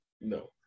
No